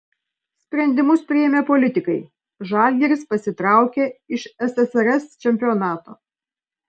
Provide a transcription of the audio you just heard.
sprendimus priėmė politikai žalgiris pasitraukė iš ssrs čempionato